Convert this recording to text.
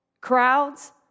Crowds